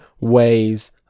weighs